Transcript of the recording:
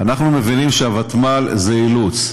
אנחנו מבינים שהוותמ"ל זה אילוץ.